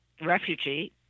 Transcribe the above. refugee